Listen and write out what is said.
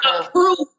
approved